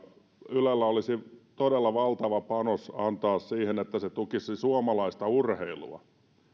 ylellä olisi todella valtava panos antaa siihen että se tukisi suomalaista urheilua